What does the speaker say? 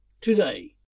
today